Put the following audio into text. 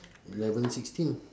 eleven sixteen